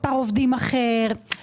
מספר עובדים אחר.